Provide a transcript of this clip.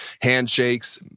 handshakes